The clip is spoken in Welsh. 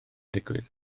digwydd